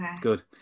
good